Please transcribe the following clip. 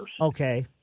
Okay